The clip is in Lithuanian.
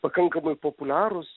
pakankamai populiarūs